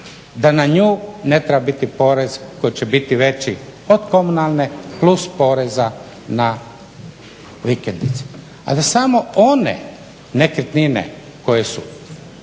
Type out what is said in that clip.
da na nju ne treba biti porez koji će biti veći od komunalne plus poreza na vikendice, a da samo one nekretnine koje su